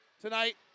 tonight